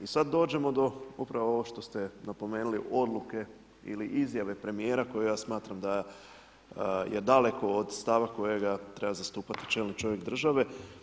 I sad dođemo do, upravo ovo što ste napomenuli odluke ili izjave premijera koje ja smatram da je daleko od stava kojega treba zastupati čelni čovjek države.